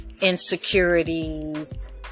insecurities